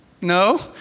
No